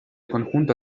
conjunto